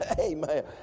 Amen